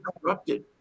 corrupted